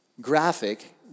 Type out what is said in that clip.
graphic